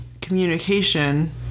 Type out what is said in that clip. communication